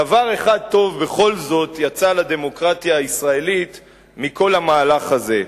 דבר אחד טוב בכל זאת יצא לדמוקרטיה הישראלית מכל המהלך הזה.